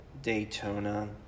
Daytona